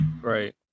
Right